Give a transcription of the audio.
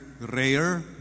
rare